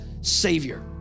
Savior